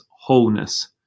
wholeness